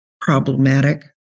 problematic